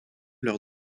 lors